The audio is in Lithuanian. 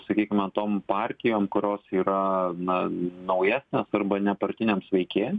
sakykime tom partijom kurios yra na naujasnės arba nepartiniams veikėjams